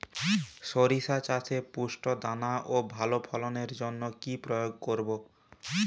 শরিষা চাষে পুষ্ট দানা ও ভালো ফলনের জন্য কি প্রয়োগ করব?